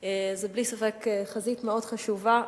היא בלי ספק חזית מאוד חשובה,